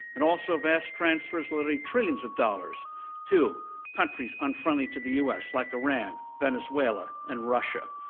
and also vast transfers lending trillions of dollars to countries unfriendly to the u. s. like iran, venezuela, and russia.